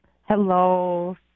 Hello